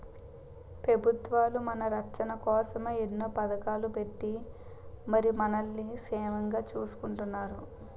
పెబుత్వాలు మన రచ్చన కోసమే ఎన్నో పదకాలు ఎట్టి మరి మనల్ని సేమంగా సూసుకుంటున్నాయి